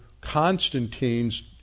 Constantine's